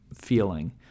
feeling